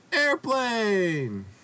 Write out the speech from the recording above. Airplane